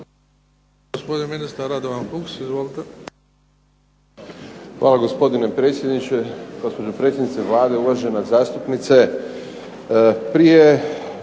Hvala gospodine predsjedniče, gospođo predsjednice Vlade, uvažena zastupnice.